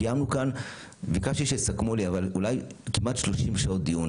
קיימנו כאן כמעט 30 שעות דיון.